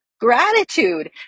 gratitude